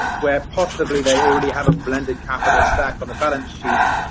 where possibly they already have a blended capital stack on the balance sheet,